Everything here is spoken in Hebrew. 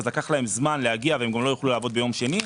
לקח להם זמן להגיע ולא יכלו לעבוד ביום שני.